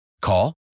Call